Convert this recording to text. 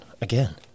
again